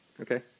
Okay